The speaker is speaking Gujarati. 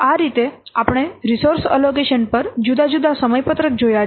આ રીતે આપણે રિસોર્સ એલોકેશન પર જુદા જુદા સમયપત્રક જોયા છે